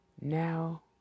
Now